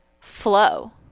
flow